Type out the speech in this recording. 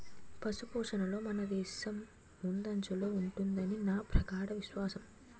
పశుపోషణలో మనదేశం ముందంజలో ఉంటుదని నా ప్రగాఢ విశ్వాసం